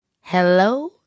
Hello